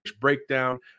Breakdown